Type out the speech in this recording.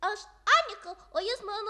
aš anika o jis mano